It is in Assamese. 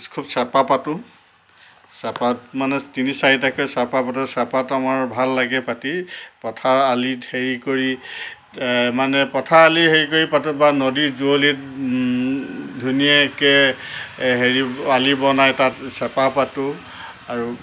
খুব চেপা পাতোঁ চেপাত মানে তিনি চাৰিটাকে চেপা পাতোঁ চেপাত আমাৰ ভাল লাগে পাতি পথাৰৰ আলিত হেৰি কৰি মানে পথাৰৰ আলি হেৰি কৰি পাতোঁ বা নদীৰ যুঁৱলিত ধুনীয়াকৈ হেৰি আলি বনাই তাত চেপা পাতোঁ আৰু